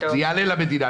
זה יעלה למדינה.